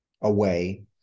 away